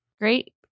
great